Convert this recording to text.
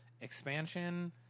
expansion